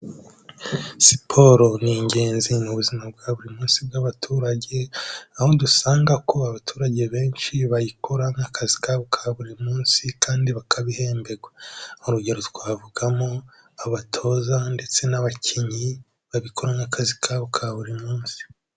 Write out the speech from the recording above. Siporo ni ingenzi mu buzima bwa buri munsi bw'abaturage aho dusanga ko abaturage benshi bayikora nk'akazi kabo ka buri munsi kandi bakabihemberwa, urugero twavugamo abatoza ndetse n'abakinnyi babikora nk'akazi kabo ka buri munsi.